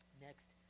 next